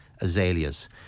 Azaleas